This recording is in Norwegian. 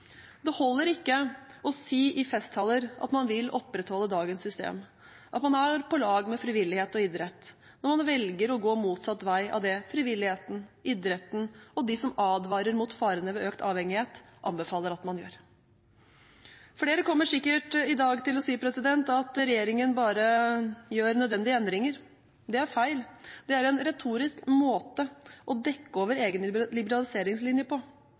Det holder ikke å si i festtaler at man vil opprettholde dagens system, at man er på lag med frivillighet og idrett, når man velger å gå motsatt vei av det frivilligheten, idretten og de som advarer mot farene ved økt avhengighet, anbefaler at man gjør. Flere kommer sikkert i dag til å si at regjeringen bare gjør nødvendige endringer. Det er feil. Det er en retorisk måte å dekke over egen liberaliseringslinje på.